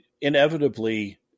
inevitably